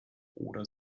oder